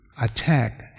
attack